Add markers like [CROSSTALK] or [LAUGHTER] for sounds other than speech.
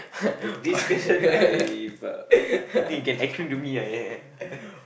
[BREATH] this question I b~ I think you can explain to me eh [LAUGHS]